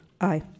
Aye